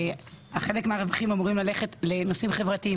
חלק מהרווחים אמורים ללכת לנושאים חברתיים,